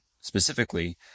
specifically